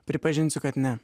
pripažinsiu kad ne